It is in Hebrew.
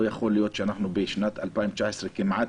לא יכול להיות שאנחנו בשנת 2019 כמעט